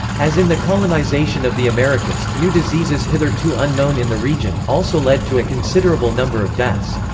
as in the colonization of the americas, new diseases hitherto unknown in the region, also led to a considerable number of deaths.